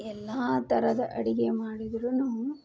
ಎಲ್ಲ ಥರದ ಅಡುಗೆ ಮಾಡಿದರೂನೂ